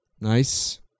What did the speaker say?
Nice